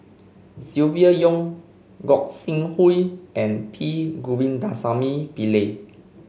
Silvia Yong Gog Sing Hooi and P Govindasamy Pillai